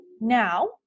now